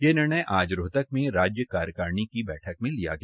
यह निर्णय आज रोहतक में राज्य कार्यकारिणी की बैठक में लिया गया